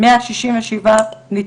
167 נדחו.